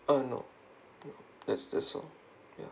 uh no no that's that's all ya